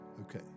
Okay